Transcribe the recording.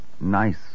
Nice